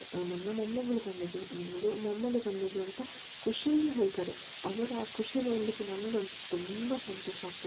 ನನ್ನ ಮೊಮ್ಮಗಳು ತಂದದ್ದು ನನ್ನದು ಮೊಮ್ಮಗ ತಂದದ್ದು ಅಂತ ಖುಷಿಯಿಂದ ಹೇಳ್ತಾರೆ ಅವರ ಆ ಖುಷಿ ನೋಡಲಿಕ್ಕೆ ನಮಗಂತು ತುಂಬ ಸಂತೋಷ ಆಗ್ತದೆ